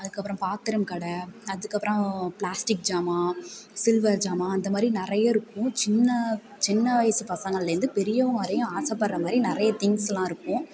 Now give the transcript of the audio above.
அதுக்கப்புறம் பாத்திரம் கடை அதுக்கப்புறம் பிளாஸ்டிக் சாமான் சில்வர் சாமான் அந்த மாதிரி நிறையா இருக்கும் சின்ன சின்ன வயசு பசங்கள்லேருந்து பெரியவங்கள் வரையும் ஆசைப்படுகிற மாதிரி நிறைய திங்ஸெலாம் இருக்கும்